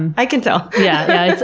and i can tell. yeah.